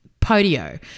Podio